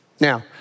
Now